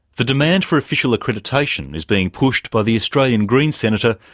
the demand for official accreditation is being pushed by the australian greens senator,